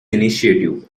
initiative